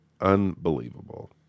unbelievable